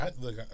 Look